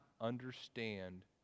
understand